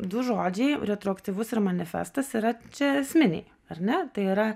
du žodžiai retroaktyvus ir manifestas yra čia esminiai ar ne tai yra